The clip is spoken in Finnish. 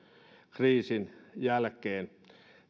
kriisin jälkeen